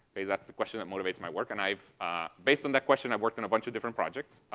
okay? that's the question that motivates my work, and i've based on that question i've worked on a bunch of different projects.